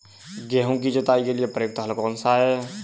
गेहूँ की जुताई के लिए प्रयुक्त हल कौनसा है?